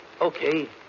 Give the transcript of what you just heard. Okay